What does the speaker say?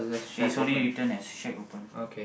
it's only written as shack open